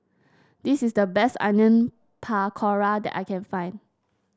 this is the best Onion Pakora that I can find